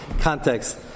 context